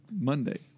Monday